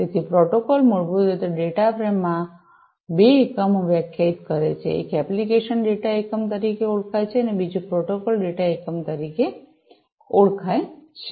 તેથી પ્રોટોકોલ મૂળભૂત રીતે ડેટા ફ્રેમમાં બે એકમો વ્યાખ્યાયિત કરે છે એક એપ્લિકેશન ડેટાએકમ તરીકે ઓળખાય છે બીજું પ્રોટોકોલ ડેટા એકમ છે